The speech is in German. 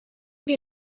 wir